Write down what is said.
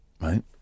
right